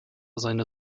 seine